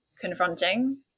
confronting